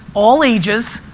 all ages,